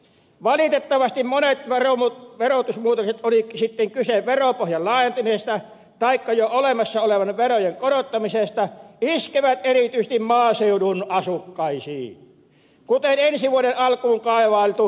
valitettavasti monet verotusmuutokset oli sitten kyse veropohjan laajentamisesta taikka jo olemassa olevien verojen korottamisesta iskevät erityisesti maaseudun asukkaisiin kuten ensi vuoden alkuun kaavailtu polttoaineveron korotus